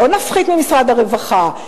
לא נפחית ממשרד הרווחה,